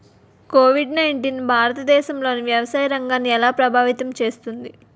Covid nineteen భారతదేశంలోని వ్యవసాయ రంగాన్ని ఎలా ప్రభావితం చేస్తుంది?